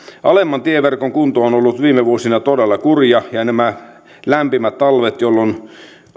alemman tieverkon kunto on ollut viime vuosina todella kurja ja ja nämä lämpimät talvet jolloin